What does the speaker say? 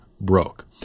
broke